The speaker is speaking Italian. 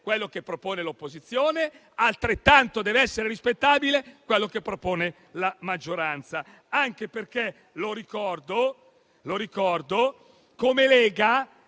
quello che propone l'opposizione, ma altrettanto deve essere rispettabile quello che propone la maggioranza. Ricordo, peraltro, che come Lega